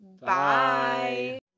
Bye